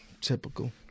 Typical